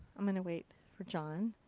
i'm going to wait for john.